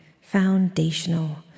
foundational